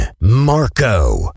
Marco